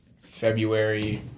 February